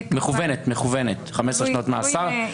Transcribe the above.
15 שנות מאסר.